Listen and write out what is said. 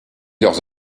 leurs